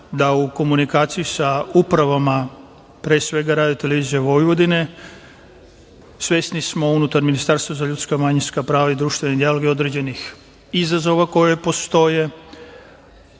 da u komunikaciji sa upravama, pre svega RTV, svesni smo unutar Ministarstva za ljudska i manjinska prava i društveni dijalog određenih izazova koji postoje.